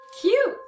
Cute